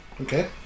Okay